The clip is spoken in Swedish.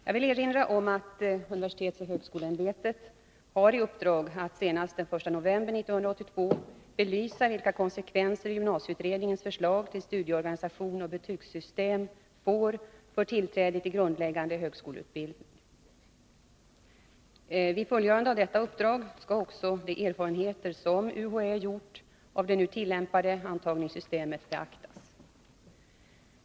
Jag vill erinra om att universitetsoch högskoleämbetet har i uppdrag att senast den 1 november 1982 belysa vilka konsekvenser gymnasieutredningens förslag till studieorganisation och betygssystem får när det gäller tillträde till grundläggande högskoleutbildning. Vid fullgörande av detta uppdrag skall också de erfarenheter som UHÄ gjort av det nu tillämpade antagningssystemet beaktas.